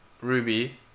Ruby